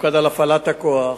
המופקד על הפעלת הכוח,